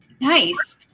nice